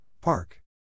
Park